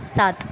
सात